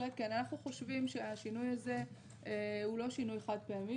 אנחנו חושבים שהשינוי הזה הוא לא שינוי חד פעמי,